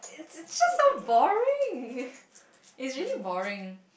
it's just so boring it's really boring